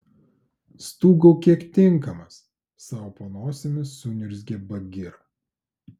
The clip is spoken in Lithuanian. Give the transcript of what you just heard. stūgauk kiek tinkamas sau po nosimi suniurzgė bagira